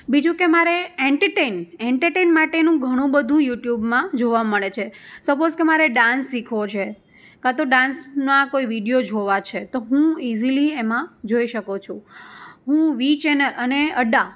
બીજું કે મારે એન્ટરટેઈન એન્ટરટેઈન માટેનું ઘણું બધું યુટ્યુબમાં જોવા મળે છે સપોઝ કે મારે ડાન્સ શીખવો છે કાં તો ડાન્સના કોઈ વીડિયો જોવા છે તો હું ઇઝીલી એમાં જોઈ શકું છું હું વી ચેન અને અડ્ડા